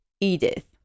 Edith